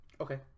Okay